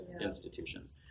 institutions